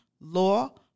law